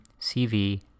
CV